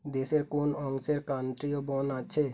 দেশের কোন অংশের ক্রান্তীয় বন আছে